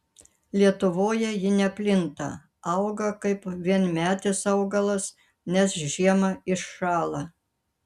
lietuvoje ji neplinta auga kaip vienmetis augalas nes žiemą iššąla